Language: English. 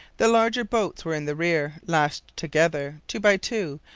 the larger boats were in the rear, lashed together, two by two,